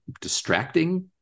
distracting